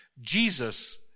Jesus